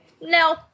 no